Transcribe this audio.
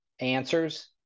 answers